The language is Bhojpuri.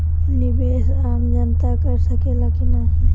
निवेस आम जनता कर सकेला की नाहीं?